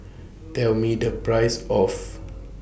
Tell Me The Price of